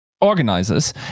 organizers